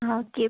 okay